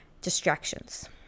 distractions